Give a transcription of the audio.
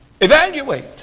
Evaluate